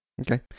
okay